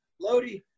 Lodi